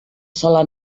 sola